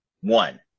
one